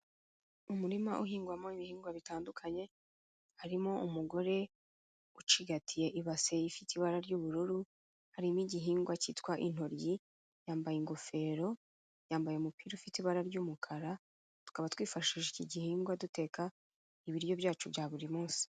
Umurima uhingwamo ibihingwa bitandukanye, harimo umugore ucigatiye ibase ifite ibara ry'ubururu, harimo igihingwa cyitwa intoryi, yambaye ingofero, yambaye umupira ufite ibara ry'umukara, tukaba twifashisha iki gihingwa duteka ibiryo byacu bya buri munsi.